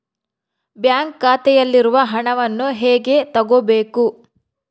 Bank ಖಾತೆಯಲ್ಲಿರುವ ಹಣವನ್ನು ಹೇಗೆ ತಗೋಬೇಕು?